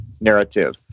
narrative